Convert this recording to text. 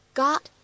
got